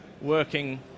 working